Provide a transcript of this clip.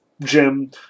jim